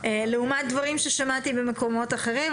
לעומת דברים ששמעתי במקומות אחרים,